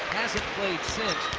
hasn't played.